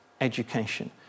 education